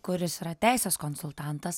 kuris yra teisės konsultantas